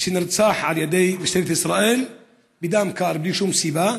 שנרצח על ידי משטרת ישראל בדם קר, בלי שום סיבה,